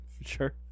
sure